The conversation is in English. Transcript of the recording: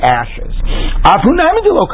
ashes